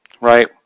right